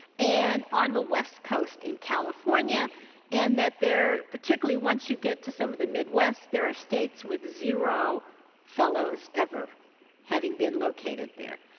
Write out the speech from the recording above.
and on the west coast in california and that they're, particularly once you get to some of the midwest, there are states with zero fellows ever having been located there.